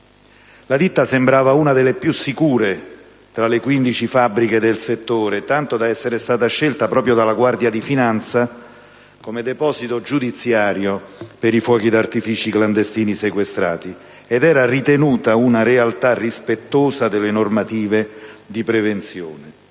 La ditta sembrava una delle più sicure tra le 15 fabbriche del settore, tanto da essere stata scelta dalla Guardia di finanza come deposito giudiziario per i fuochi d'artificio clandestini sequestrati, ed era ritenuta una realtà rispettosa delle normative di prevenzione.